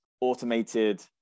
automated